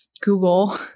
Google